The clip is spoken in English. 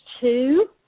two